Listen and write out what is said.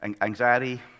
Anxiety